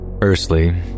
Firstly